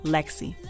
Lexi